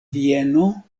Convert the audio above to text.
vieno